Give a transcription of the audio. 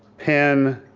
penn,